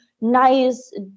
nice